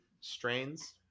strains